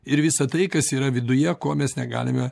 ir visa tai kas yra viduje ko mes negalime